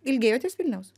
ilgėjotės vilniaus